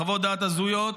חוות דעת הזויות,